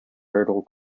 hurdle